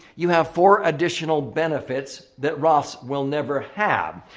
you have four additional benefits that roths will never have.